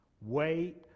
Wait